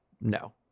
no